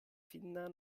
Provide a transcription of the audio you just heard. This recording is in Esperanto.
finna